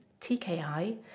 TKI